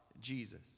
Jesus